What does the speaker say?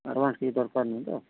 advance କିଛି ଦରକାର୍ ନାହିଁତ